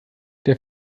der